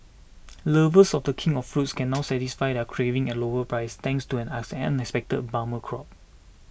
lovers of the king of fruits can now satisfy their cravings at lower prices thanks to an expected bumper crop